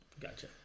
Gotcha